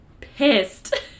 pissed